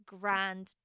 grand